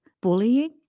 bullying